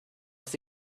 was